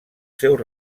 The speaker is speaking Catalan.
seus